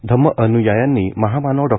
धम्म अन्यायांनी महामानव डॉ